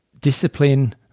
discipline